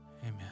Amen